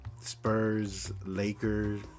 Spurs-Lakers